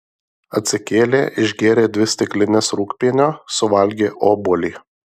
atsikėlė išgėrė dvi stiklines rūgpienio suvalgė obuolį